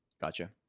Gotcha